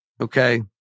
Okay